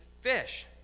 fish